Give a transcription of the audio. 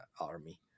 army